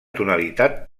tonalitat